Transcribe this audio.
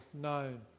known